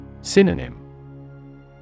Synonym